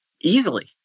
easily